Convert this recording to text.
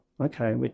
okay